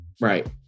Right